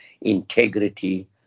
integrity